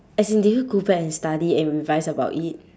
as in did you go back and study and revise about it